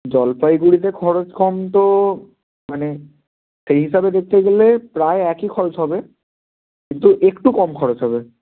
জলপাইগুড়িতে খরচ কম তো মানে সেই হিসাবে দেখতে গেলে প্রায় একই খরচ হবে কিন্তু একটু কম খরচ হবে